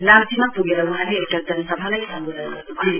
नाम्चीमा पिगेर वहाँले एउटा जनसभालाई सम्वाधन गर्नुभयो